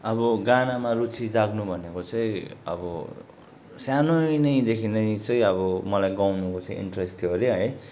अब गानामा रुचि जाग्नु भनेको चाहिँ अब सानो नै देखि नै चाहिँ अब मलाई गाउनुको चाहिँ इन्ट्रेस्ट थियो अरे है